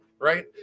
right